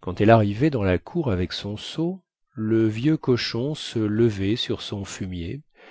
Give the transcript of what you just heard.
quand elle arrivait dans la cour avec son seau le vieux cochon se levait sur son fumier